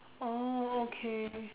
oh okay